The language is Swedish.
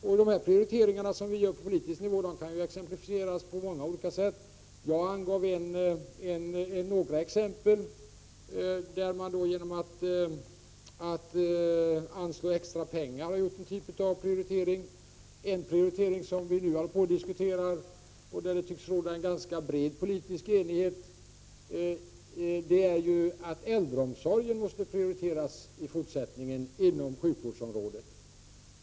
23 De prioriteringar som görs på politisk nivå kan exemplifieras på många olika sätt. Jag har ett exempel på en prioritering, nämligen att anslå extra pengar. En annan prioritering som håller på att diskuteras, och där det tycks råda en ganska bred politisk enighet, är äldreomsorgen inom sjukvårdsområdet.